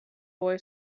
boy